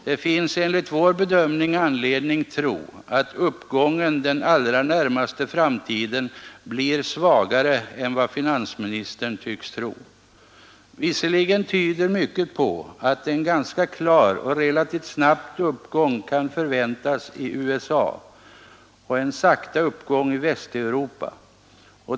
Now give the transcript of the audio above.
Det finns enligt vår bedömning anledning tro att uppgången den allra närmaste framtiden blir svagare än vad finansministern tycks förmoda Mycket tyder på att en ganska klar och relativt snabb uppgång kan förväntas i USA och en långsam uppgång i Västeuropa.